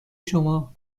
شما